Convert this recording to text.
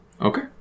Okay